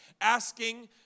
asking